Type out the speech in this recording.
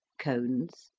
cones,